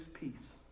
peace